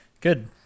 Good